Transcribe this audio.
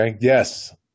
yes